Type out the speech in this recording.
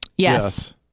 Yes